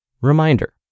Reminder